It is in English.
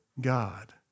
God